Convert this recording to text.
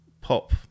pop